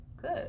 good